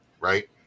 right